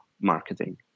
marketing